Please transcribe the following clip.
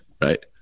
right